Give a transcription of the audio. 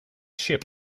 ship